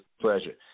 pleasure